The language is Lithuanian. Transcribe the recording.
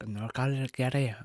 nu gal ir gerai